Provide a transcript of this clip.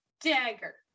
dagger